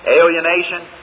alienation